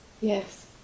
Yes